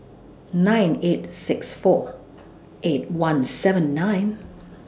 nine eight six four eight one seven nine